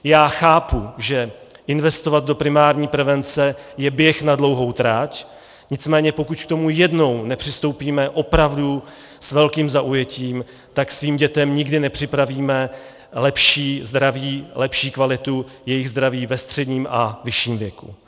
Já chápu, že investovat do primární prevence je běh na dlouhou trať, nicméně pokud k tomu jednou nepřistoupíme opravdu s velkým zaujetím, tak svým dětem nikdy nepřipravíme lepší zdraví, lepší kvalitu jejich zdraví ve středním a vyšším věku.